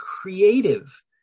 creative